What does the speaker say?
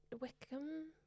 Wickham